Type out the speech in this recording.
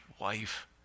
wife